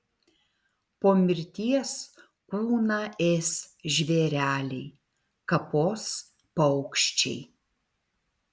po mirties kūną ės žvėreliai kapos paukščiai